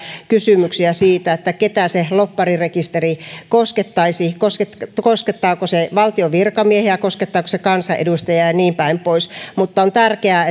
kysymyksiä siitä ketä se lobbarirekisteri koskettaisi koskettaisi koskettaako se valtion virkamiehiä koskettaako se kansanedustajia ja ja niin päin pois mutta on tärkeää